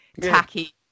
tacky